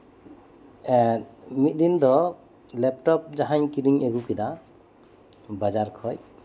ᱢᱤᱫ ᱫᱤᱱ ᱫᱚ ᱞᱮᱯᱴᱚᱯ ᱡᱟᱦᱟᱧ ᱠᱤᱨᱤᱧ ᱟᱹᱜᱩ ᱠᱮᱫᱟ ᱵᱟᱡᱟᱨ ᱠᱷᱚᱱ